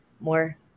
more